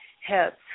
helps